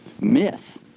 myth